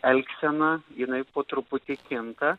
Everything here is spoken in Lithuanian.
elgsena jinai po truputį kinta